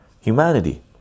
Humanity